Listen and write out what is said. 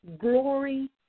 glory